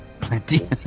Plenty